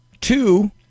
Two